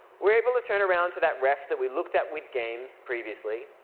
we're able to turn around to that ref that we looked at with games previously.